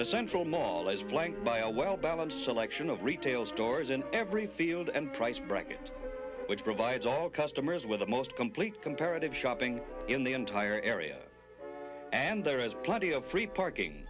the central mall as flanked by a well balanced selection of retail stores in every field and price bracket which provides all customers with the most complete comparative shopping in the entire area and there is plenty of free parking